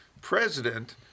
president